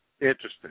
Interesting